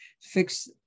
fix